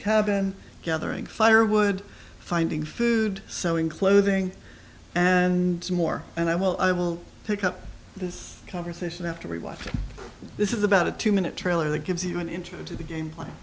cabin gathering firewood finding food sewing clothing and more and i will i will pick up this conversation after we watch this is about a two minute trailer that gives you an intro to the game pla